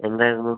എന്തായിരുന്നു